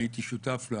הייתי שותף לה